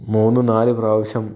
മൂന്ന് നാല് പ്രാവിശ്യം